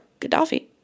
Gaddafi